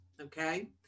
okay